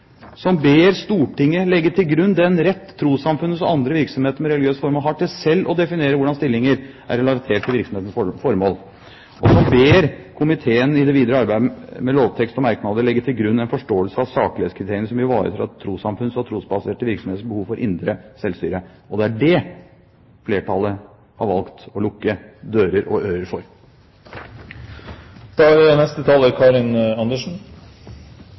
som ber Stortinget «legge til grunn den rett trossamfunnenes og andre virksomheter med religiøst formål har til selv å definere hvordan stillinger er relatert til virksomhetens formål». De ber komiteen i det videre arbeidet med lovtekst og merknader legge til grunn en forståelse av saklighetskriteriene som ivaretar trossamfunns og trosbaserte virksomheters behov for indre selvstyre. Det er det flertallet har valgt å lukke dører og ører